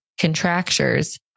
contractures